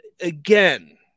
Again